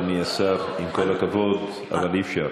אדוני השר, עם כל הכבוד, אבל אי-אפשר.